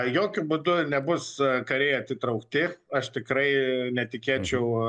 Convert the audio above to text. jokiu būdu nebus kariai atitraukti aš tikrai netikėčiau